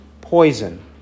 poison